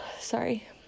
Sorry